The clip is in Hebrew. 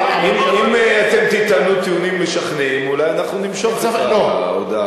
אם אתם תטענו טיעונים משכנעים אולי אנחנו נמשוך את ההודעה.